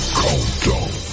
countdown